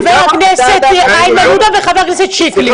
חבר הכנסת איימן עודה וחבר הכנסת שיקלי.